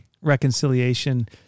reconciliation